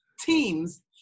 teams